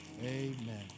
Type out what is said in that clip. Amen